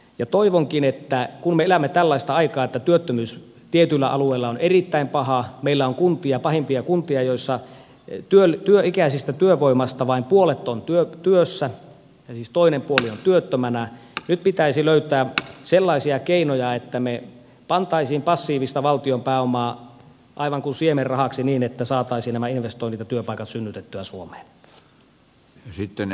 ja toivonkin kun me elämme tällaista aikaa että työttömyys tietyillä alueilla on erittäin paha meillä on pahimpia kuntia joissa työikäisistä työvoimasta vain puolet on työssä ja siis toinen puoli on työttömänä että löytäisimme sellaisia keinoja että me panisimme passiivista valtion pääomaa aivan kuin siemenrahaksi niin että saataisiin nämä investoinnit ja työpaikat synnytettyä suomeen